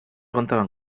contaban